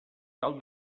cal